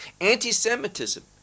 anti-semitism